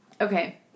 Okay